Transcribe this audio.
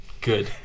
Good